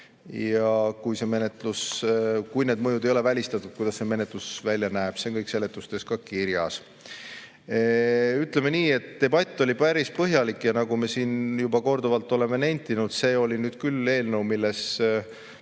kiirem. Ja kui need mõjud ei ole välistatud, kuidas see menetlus välja näeb, see on kõik seletustes kirjas. Ütleme nii, et debatt oli päris põhjalik, ja nagu me siin juba korduvalt oleme nentinud, see oli nüüd küll eelnõu, milles